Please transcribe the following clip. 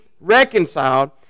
reconciled